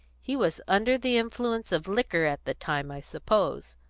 he was under the influence of liquor at the time, i suppose.